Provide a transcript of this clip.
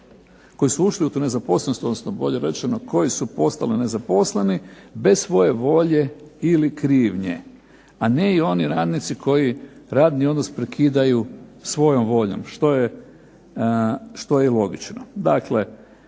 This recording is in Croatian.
koji su ušli u tu nezaposlenost, odnosno bolje rečeno koji su postali nezaposleni bez svoje volje ili krivnje, a ne i oni radnici koji radni odnos prekidaju svojom voljom što je i logično.